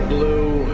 Blue